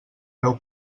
peu